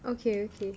okay okay